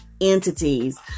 entities